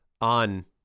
on